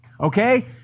okay